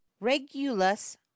regulus